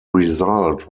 result